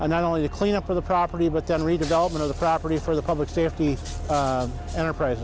and not only the cleanup of the property but the redevelopment of the property for the public safety enterprise